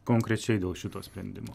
konkrečiai dėl šito sprendimo